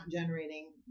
generating